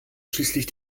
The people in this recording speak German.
schließlich